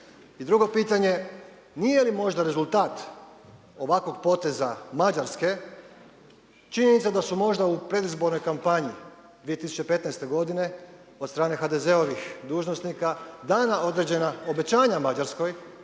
I drugo pitanje, nije li možda rezultat ovakvog poteza Mađarske činjenica da su možda u predizbornoj kampanji 2015. godine od strane HDZ-ovih dužnosnika dana određena obećanja Mađarskoj